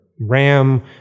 RAM